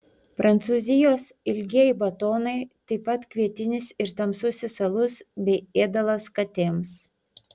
prancūzijos ilgieji batonai taip pat kvietinis ir tamsusis alus bei ėdalas katėms